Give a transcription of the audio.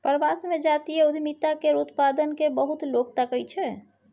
प्रवास मे जातीय उद्यमिता केर उत्पाद केँ बहुत लोक ताकय छै